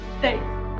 Thanks